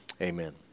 Amen